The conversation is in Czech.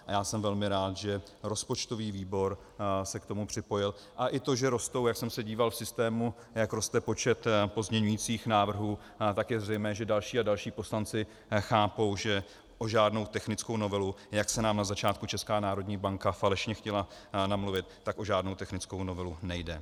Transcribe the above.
A já jsem velmi rád, že rozpočtový výbor se k tomu připojil, a i to, že rostou, jak jsem se díval v systému, jak roste počet pozměňovacích návrhů, tak je zřejmé, že další a další poslanci chápou, že o žádnou technickou novelu, jak nám na začátku Česká národní banka falešně chtěla namluvit, o žádnou technickou novelu nejde.